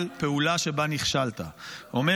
על פעולה שבה נכשלת --- אותו דבר.